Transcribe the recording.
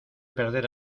perder